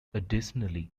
additionally